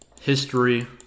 history